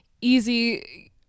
easy